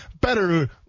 better